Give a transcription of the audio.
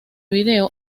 vídeo